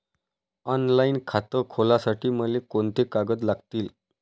Online खातं खोलासाठी मले कोंते कागद लागतील?